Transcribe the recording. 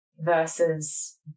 versus